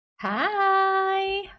Hi